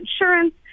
insurance